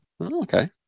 okay